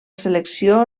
selecció